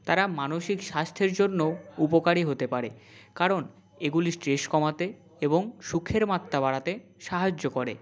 তারা মানসিক স্বাস্থ্যের জন্য উপকারী হতে পারে কারণ এগুলি স্ট্রেস কমাতে এবং সুখের মাত্রা বাড়াতে সাহায্য করে